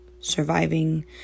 surviving